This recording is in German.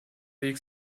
weg